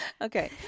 Okay